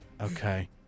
Okay